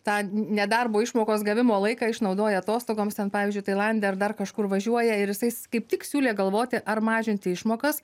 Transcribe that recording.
tą nedarbo išmokos gavimo laiką išnaudoja atostogoms ten pavyzdžiui tailande ar dar kažkur važiuoja ir jisai kaip tik siūlė galvoti ar mažinti išmokas